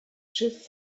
schiff